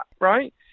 right